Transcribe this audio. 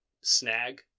snag